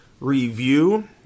review